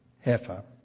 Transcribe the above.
heifer